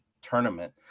tournament